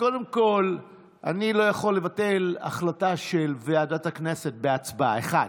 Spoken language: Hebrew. כאן שייאמר לזכותה של השרה להגנת הסביבה תמר זנדברג ממפלגת מרצ,